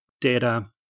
data